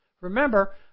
Remember